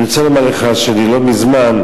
לא מזמן,